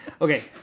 Okay